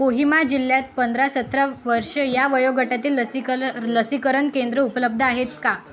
कोहिमा जिल्ह्यात पंधरा सतरा वर्षे ह्या वयोगटातील लसीकरण लसीकरण केंद्र उपलब्ध आहेत का